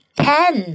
ten